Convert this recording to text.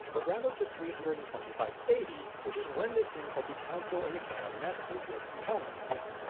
but rather to three hundred and twenty five ad, which is when this thing called the council of nicaea met and did some calendar fixing.